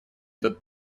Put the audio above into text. этот